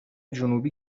جنوبی